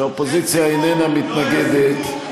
שהאופוזיציה איננה מתנגדת,